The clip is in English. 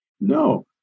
No